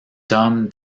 tom